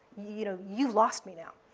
you know, you've lost me now.